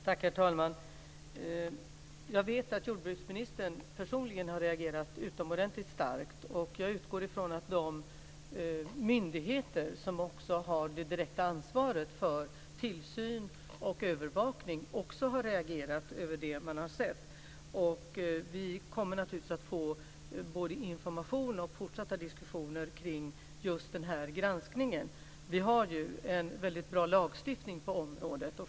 Herr talman! Jag vet att jordbruksministern personligen har reagerat utomordentligt starkt. Jag utgår från att de myndigheter som också har det direkta ansvaret för tillsyn och övervakning också har reagerat över det man har sett. Vi kommer naturligtvis att få både information och fortsatta diskussioner kring granskningen. Vi har en väldigt bra lagstiftning på området.